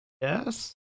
Yes